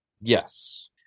Yes